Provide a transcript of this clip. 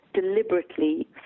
deliberately